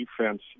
defense